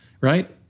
right